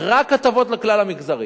רק הטבות לכלל המגזרים.